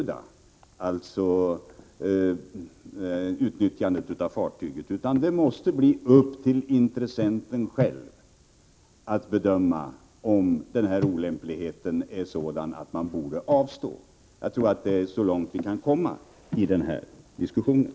Det måste vara upp till intressenterna själva att bedöma om den här olämpligheten är sådan att man borde avstå. Jag tror att det är så långt vi kan komma i den här diskussionen.